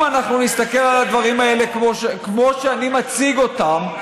אם אנחנו נסתכל על הדברים האלה כמו שאני מציג אותם,